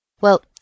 Well